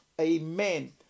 Amen